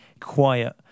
quiet